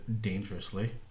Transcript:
dangerously